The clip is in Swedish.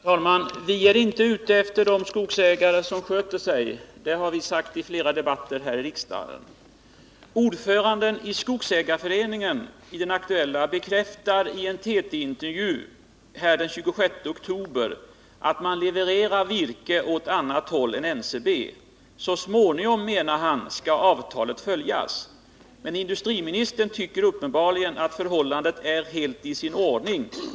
Herr talman! Vi är inte ute efter de skogsägare som sköter sig. Det har vi sagt i flera debatter här i riksdagen. Ordföranden i den aktuella skogsägarföreningen bekräftar i en TV-intervju av den 20 oktober att man levererar virke åt annat håll än NCB. Så småningom, menar han, skall avtalet följas. Men industriministern tycker uppenbarligen att allt är helt i sin ordning.